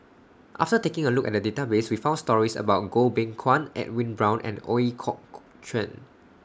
after taking A Look At The Database We found stories about Goh Beng Kwan Edwin Brown and Ooi Kok Chuen